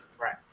Right